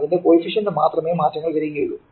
അതിന്റെ കോയിഫിഷിയെന്റിനു മാത്രമേ മാറ്റങ്ങൾ വരൂ